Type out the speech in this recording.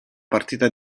partita